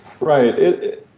Right